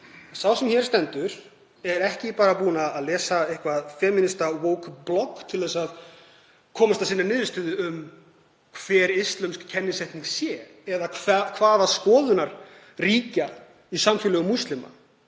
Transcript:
sá sem hér stendur er ekki bara búinn að lesa eitthvert femínista „woke“ blogg til að komist að sinni niðurstöðu um hver íslömsk kennisetning sé eða hvaða skoðanir ríkja í samfélagi múslima,